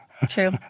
True